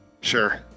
Sure